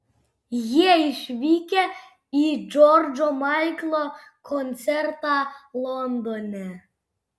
jie išvykę į džordžo maiklo koncertą londone